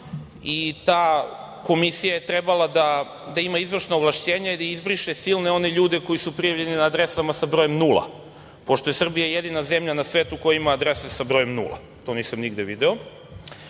i ta komisija je trebala da ima izvršna ovlašćenja i da izbriše silne one ljude koji su prijavljeni na adresama sa brojem nula, pošto je Srbija jedina zemlja na svetu koja ima adrese sa brojem nula. To nisam nigde video. Ovim